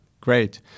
great